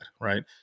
right